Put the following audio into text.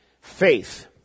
Faith